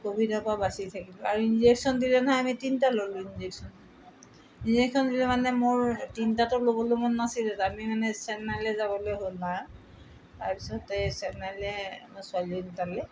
ক'ভিডৰ পৰা বাচি থাকিলো আৰু ইঞ্জেকশ্যন দিলে নহয় আমি তিনিটা ল'লোঁ ইঞ্জেকশ্যন ইঞ্জেকশ্যন দিলে মানে মোৰ তিনিটাতো ল'বলৈ মন নাছিল আমি মানে চেন্নাইলৈ যাবলৈ হ'ল বা তাৰপিছতে চেন্নাইলৈ ছোৱালী তালৈ